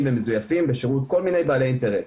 ומזויפים בשירות כל מיני בעלי אינטרס.